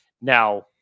Now